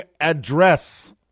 address